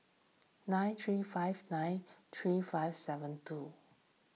nine three five nine three five seven two